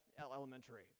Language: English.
elementary